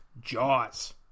Jaws